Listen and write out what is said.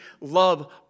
love